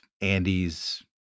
Andy's